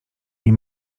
nie